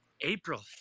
april